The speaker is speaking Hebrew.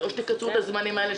אז או שתקצרו את הזמנים האלה,